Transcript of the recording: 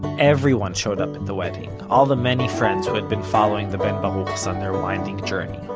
everyone showed up at the wedding. all the many friends who have been following the ben baruch's on their winding journey.